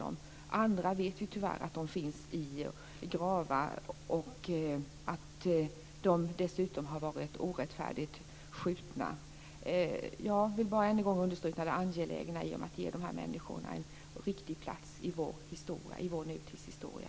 Om andra vet vi att de, tyvärr, finns i gravar och att de dessutom orättfärdigt har blivit skjutna. Slutligen vill jag bara än en gång understryka det angelägna i att ge de här människorna en riktig plats i vår nutidshistoria.